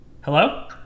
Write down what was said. Hello